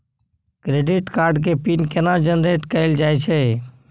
Credit card के PIN केना generate कैल जाए छै?